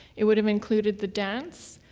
it would have included the dance,